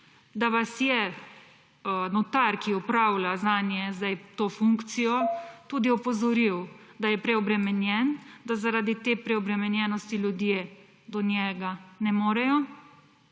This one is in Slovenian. da vas je notar, ki zdaj zanje opravlja to funkcijo, tudi opozoril, da je preobremenjen, da zaradi te preobremenjenosti ljudje do njega ne morejo,